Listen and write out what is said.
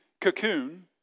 cocoon